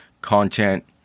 content